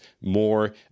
more